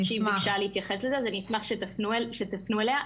אני אשמח שתפנו אליה.